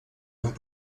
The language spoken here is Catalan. amb